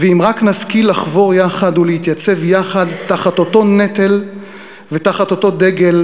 ואם רק נשכיל לחבור יחד ולהתייצב יחד תחת אותו נטל ותחת אותו דגל,